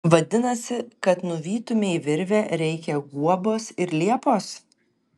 vadinasi kad nuvytumei virvę reikia guobos ir liepos